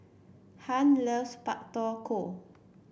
Hunt loves Pak Thong Ko